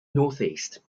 northeast